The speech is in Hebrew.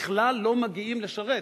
בכלל לא מגיעים לשרת.